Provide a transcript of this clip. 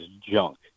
junk